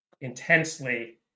intensely